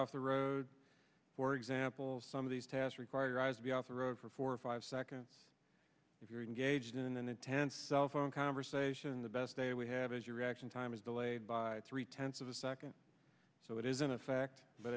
off the road for example some of these tasks require eyes to be off the road for four or five seconds if you're engaged in an intense cell phone conversation the best data we have is your reaction time is delayed by three tenths of a second so it is in effect but